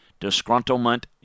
disgruntlement